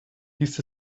dies